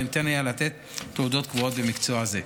וניתן יהיה לתת תעודות קבועות במקצוע זה.